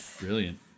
brilliant